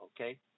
okay